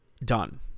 done